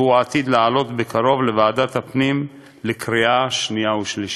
והוא עתיד לעלות בקרוב בוועדת הפנים לקריאה שנייה ושלישית.